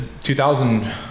2000